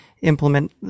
implement